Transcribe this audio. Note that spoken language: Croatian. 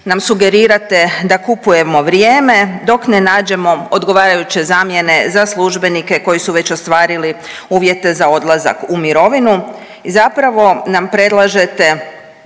nam sugerirate da kupujemo vrijeme dok ne nađemo odgovarajuće zamjene za službenike koji su već ostvarili uvjete za odlazak u mirovinu i zapravo nam predlažete